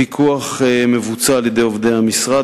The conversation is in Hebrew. הפיקוח מבוצע על-ידי עובדי המשרד,